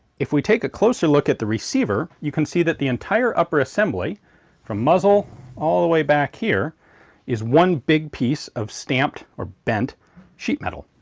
if we take a closer look at the receiver, you can see that the entire upper assembly from muzzle all the way back here is one big piece of stamped or bent sheet metal.